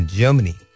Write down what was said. Germany